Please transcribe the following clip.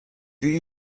the